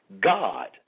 God